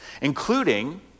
including